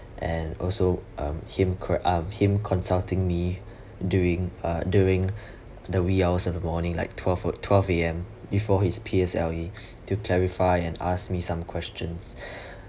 and also um him cor~ um him consulting me during uh during the wee hours of the morning like twelve fu~ twelve A_M before his P_S_L_E to clarify and asked me some questions